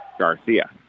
Garcia